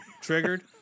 Triggered